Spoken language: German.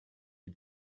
die